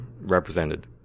represented